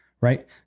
Right